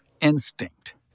instinct